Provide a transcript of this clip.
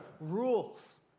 rules